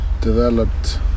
developed